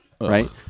right